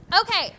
Okay